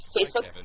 Facebook